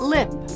Lip